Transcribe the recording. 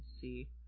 see